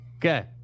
Okay